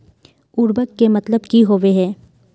उर्वरक के मतलब की होबे है?